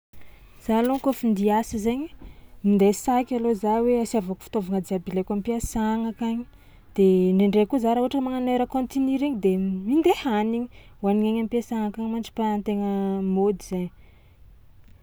Za alôha kaofa andia hiasa zaigny, minday saky alôha za hoe asiàvako fitaovagna jiaby ilaiko am-piasagna akagny de ndraindray koa za raha ohatra magnano heure continue regny de minday hanigny, hohanigny agny am-piasà akagny mandripahan-tegna môdy zay.